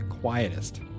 quietest